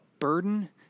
burden